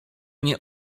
nie